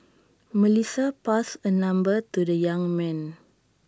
Melissa passed her number to the young man